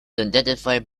identified